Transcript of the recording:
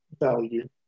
value